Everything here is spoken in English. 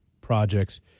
projects